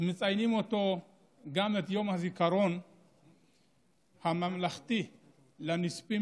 מציינים אותו גם כיום הזיכרון הממלכתי לנספים